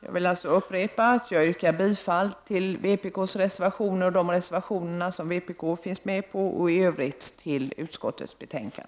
Jag vill upprepa att jag yrkar bifall till de reservationer där vpk finns med och i övrigt till utskottets hemställan.